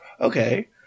Okay